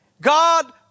God